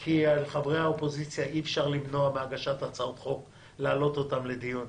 כי אי אפשר למנוע מחברי האופוזיציה להגיש הצעות חוק ולהעלות אותן לדיון,